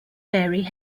mary